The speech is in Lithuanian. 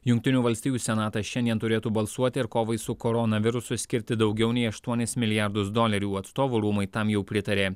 jungtinių valstijų senatas šiandien turėtų balsuoti ir kovai su koronavirusu skirti daugiau nei aštuonis milijardus dolerių atstovų rūmai tam jau pritarė